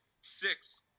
six